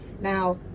Now